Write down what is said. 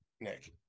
Nick